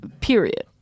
period